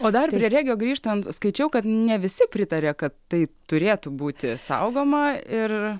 o dar prie regio grįžtant skaičiau kad ne visi pritaria kad tai turėtų būti saugoma ir